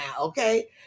okay